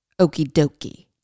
okie-dokie